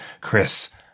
Chris